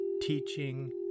teaching